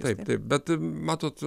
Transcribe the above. taip taip bet matot